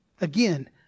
Again